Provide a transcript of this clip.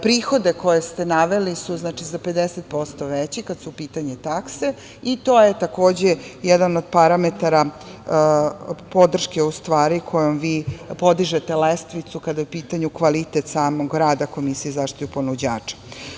Prihode koje ste naveli su za 50% veći, kada su u pitanju takse i to je takođe jedan od parametara podrške kojom vi podižete lestvicu kada je u pitanju kvalitet samog rada Komisije za zaštitu ponuđača.